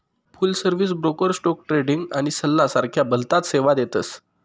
फुल service broker stock trading आणि सल्ला सारख्या भलताच सेवा देतस